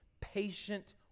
patient